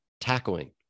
tackling